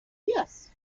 yes